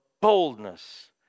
boldness